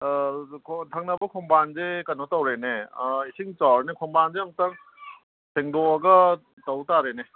ꯊꯪꯅꯕ ꯈꯣꯡꯕꯥꯟꯁꯦ ꯀꯩꯅꯣ ꯇꯧꯔꯦꯅꯦ ꯏꯁꯤꯡ ꯆꯥꯎꯔꯦꯅꯦ ꯈꯣꯡꯕꯥꯟꯗꯨ ꯑꯃꯨꯛꯇꯪ ꯁꯦꯡꯗꯣꯛꯂꯒ ꯇꯧ ꯇꯥꯔꯦꯅꯦ